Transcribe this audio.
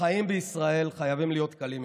החיים בישראל חייבים להיות קלים יותר.